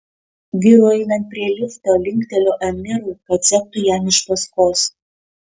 vyrui einant prie lifto linkteliu amirui kad sektų jam iš paskos